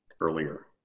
earlier